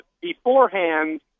beforehand